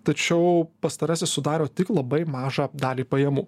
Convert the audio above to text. tačiau pastarasis sudaro tik labai mažą dalį pajamų